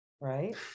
Right